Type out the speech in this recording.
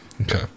Okay